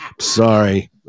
Sorry